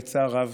בצער רב,